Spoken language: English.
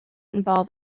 involve